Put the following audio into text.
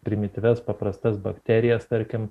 primityvias paprastas bakterijas tarkim